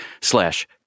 slash